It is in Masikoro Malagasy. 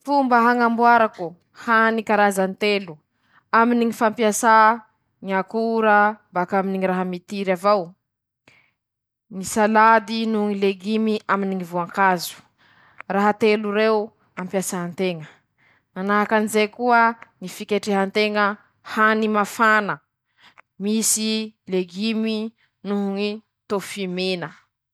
Ñy fomba hiketrehako na hañamboarako sakafo hafa kely aminy ñy tsiro aminy ñy karazan-draha limy ñy hiketrehako azy: Miketriky aho fia. Fi'eñy asiako: -Tamatesy, -Tongolo, -Menaky, -Sira no Poivra ;na miketriky aho Tsaramaso: -Asia Tamatesy, -Poivron, -Ravitongolo, -Tongolo, vita zay.